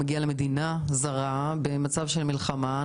הוא מגיע למדינה זרה במצב של מלחמה,